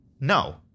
No